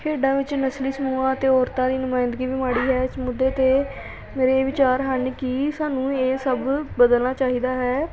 ਖੇਡਾਂ ਵਿੱਚ ਨਸਲੀ ਸਮੂਹਾਂ ਅਤੇ ਔਰਤਾਂ ਦੀ ਨੁਮਾਇੰਦਗੀ ਵੀ ਮਾੜੀ ਹੈ ਇਸ ਮੁੱਦੇ 'ਤੇ ਮੇਰੇ ਇਹ ਵਿਚਾਰ ਹਨ ਕਿ ਸਾਨੂੰ ਇਹ ਸਭ ਬਦਲਣਾ ਚਾਹੀਦਾ ਹੈ